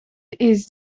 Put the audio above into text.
ist